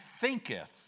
thinketh